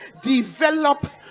develop